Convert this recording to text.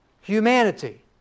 humanity